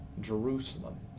jerusalem